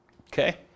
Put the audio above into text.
Okay